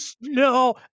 no